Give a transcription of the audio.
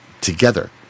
together